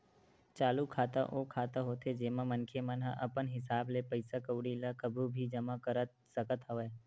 चालू खाता ओ खाता होथे जेमा मनखे मन ह अपन हिसाब ले पइसा कउड़ी ल कभू भी जमा कर सकत हवय